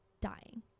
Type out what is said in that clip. dying